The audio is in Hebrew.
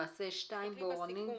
תסתכלי בסיכום.